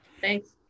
Thanks